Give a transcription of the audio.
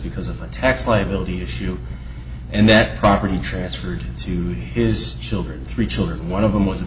because of the tax liability issue and that property transferred to his children three children one of them was